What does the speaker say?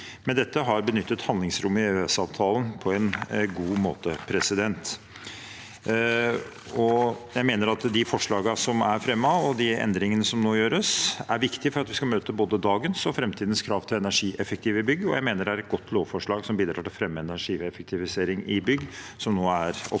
med dette har benyttet handlingsrommet i EØS-avtalen på en god måte, og jeg mener at de forslagene som er fremmet, og de endringene som nå gjøres, er viktige for at vi skal møte både dagens og framtidens krav til energieffektive bygg. Jeg mener det er et godt lovforslag som bidrar til å fremme energieffektivisering i bygg, som nå er oppe